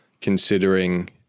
considering